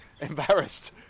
embarrassed